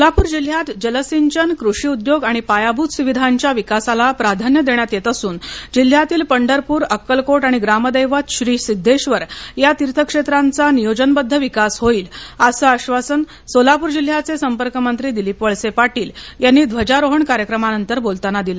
सोलापर जिल्ह्यात जलसिंचन कृषी उद्योग आणि पायाभृत सुविधांच्या विकासाला प्राधान्य देण्यात येत असुन जिल्ह्यातील पंढरपूर अक्कलकोट आणि ग्रामदैवत श्री सिध्देश्वर या तीर्थक्षेत्रांचा नियोजनबध्द विकास होईल असं आधासन सोलापुर जिल्ह्याचे संपर्कमंत्री दिलीप वळसे पाटील यांनी ध्वजारोहण कार्यक्रमानंतर बोलताना दिलं